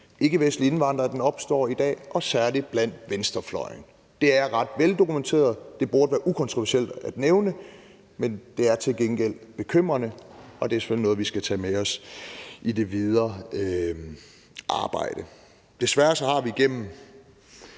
ikkevestlige indvandrere, at den opstår i dag, og særlig blandt venstrefløjen. Det er ret veldokumenteret, det burde være ukontroversielt at nævne, men det er til gengæld bekymrende, og det er selvfølgelig noget, vi skal tage med os i det videre arbejde. Desværre har vi igennem